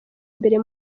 mbere